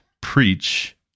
preach